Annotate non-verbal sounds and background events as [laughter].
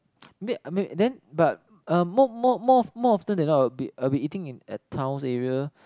a bit [noise] and then but um more more more more after I will be I will be eating at town's area